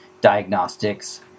diagnostics